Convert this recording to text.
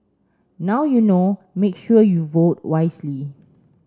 now you know make sure you vote wisely